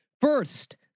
First